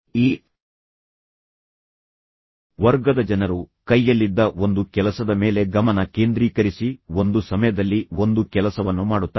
ಈ ವರ್ಗದ ಜನರು ಕೈಯಲ್ಲಿದ್ದ ಒಂದು ಕೆಲಸದ ಮೇಲೆ ಗಮನ ಕೇಂದ್ರೀಕರಿಸಿ ಒಂದು ಸಮಯದಲ್ಲಿ ಒಂದು ಕೆಲಸವನ್ನು ಮಾಡುತ್ತಾರೆ